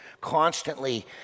constantly